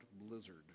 blizzard